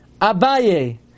Abaye